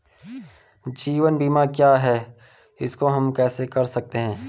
जीवन बीमा क्या है इसको हम कैसे कर सकते हैं?